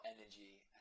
energy